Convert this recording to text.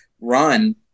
run